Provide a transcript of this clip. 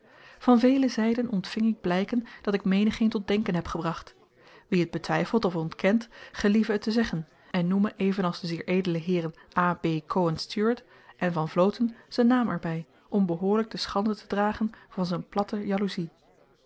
van vele zyden ontving ik blyken dat ik menigeen tot denken heb gebracht wie t betwyfelt of ontkent gelieve het te zeggen en noeme evenals de zeer edele heeren a b cohen stuart en van vloten z'n naam er by om behoorlyk de schande te dragen van z'n platte jalouzie